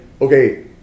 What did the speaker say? Okay